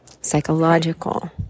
psychological